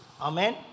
Amen